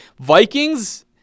Vikings